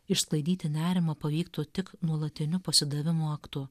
išsklaidyti nerimą pavyktų tik nuolatiniu pasidavimo aktu